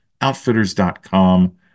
Outfitters.com